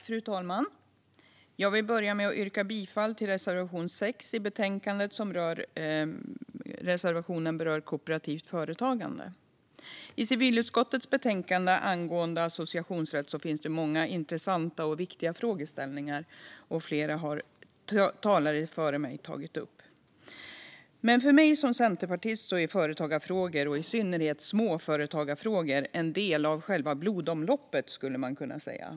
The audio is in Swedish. Fru talman! Jag vill börja med att yrka bifall till reservation 6 i betänkandet. Den berör kooperativt företagande. I civilutskottets betänkande om associationsrätt finns många intressanta och viktiga frågeställningar, som flera talare före mig har tagit upp. För mig som centerpartist är företagarfrågor och i synnerhet småföretagarfrågor en del av själva blodomloppet, kan man säga.